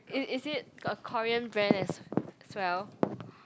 it is it got Korean brand as as well